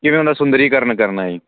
ਕਿਵੇਂ ਉਹਨਾਂ ਦਾ ਸੁੰਦਰੀਕਰਨ ਕਰਨਾ ਜੀ